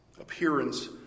appearance